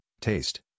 taste